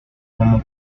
como